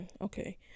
okay